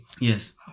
Yes